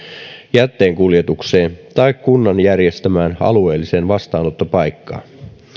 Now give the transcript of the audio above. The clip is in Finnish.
jätteenkuljetukseen tai kunnan järjestämään alueelliseen vastaanottopaikkaan